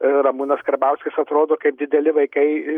ramūnas karbauskis atrodo kaip dideli vaikai